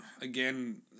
again